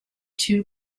two